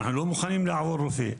אנחנו לא מוכנים לעבור רופא.